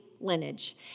lineage